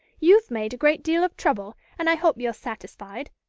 you've made a great deal of trouble, and i hope you're satisfied.